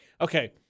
Okay